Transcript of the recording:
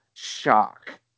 shock